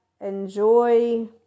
enjoy